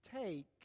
take